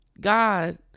God